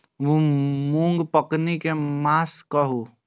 मूँग पकनी के मास कहू?